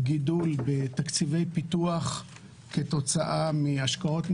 גידול בתקציבי פיתוח כתוצאה מהשקעות,